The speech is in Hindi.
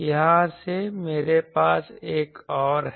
यहाँ से मेरे पास एक और है